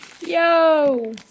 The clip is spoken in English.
Yo